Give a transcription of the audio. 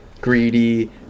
greedy